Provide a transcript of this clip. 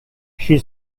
she